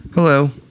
Hello